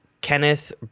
Kenneth